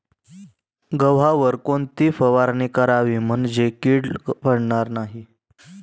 गव्हावर कोणती फवारणी करावी म्हणजे कीड पडणार नाही?